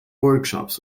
workshops